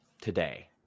today